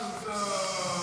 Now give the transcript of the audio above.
מזל טוב.